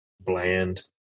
bland